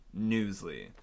Newsly